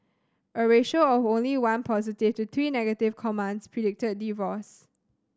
a ratio of only one positive to three negative comments predicted divorce